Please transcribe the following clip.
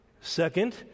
Second